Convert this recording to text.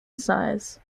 size